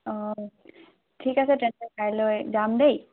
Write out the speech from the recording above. অঁ ঠিক আছে তেন্তে কাইলৈ যাম দেই